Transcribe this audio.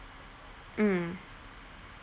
mm